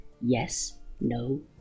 yes-no